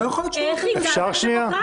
לא יכול להיות -- איך הגעת לדמוקרטיה?